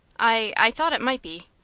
i i thought it might be.